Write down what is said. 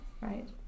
right